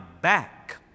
back